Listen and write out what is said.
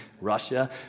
Russia